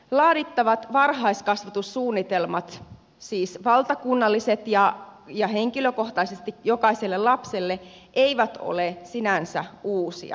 laadittavat varhaiskasvatussuunnitelmat siis valtakunnalliset ja henkilökohtaisesti jokaiselle lapselle eivät ole sinänsä uusia